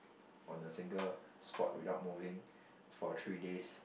on a single spot without moving for three days